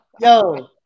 Yo